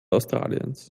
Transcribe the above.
australiens